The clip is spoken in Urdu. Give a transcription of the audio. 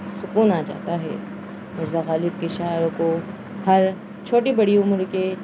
سکون آ جاتا ہے مرزا غالب کے شاعروں کو ہر چھوٹی بڑی عمر کے